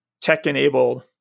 tech-enabled